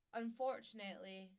unfortunately